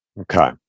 Okay